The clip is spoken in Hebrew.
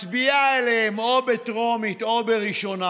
מצביעה עליהם או בטרומית או בראשונה,